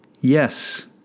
Yes